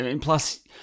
plus